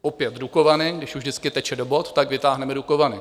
Opět Dukovany když už vždycky teče do bot, tak vytáhneme Dukovany.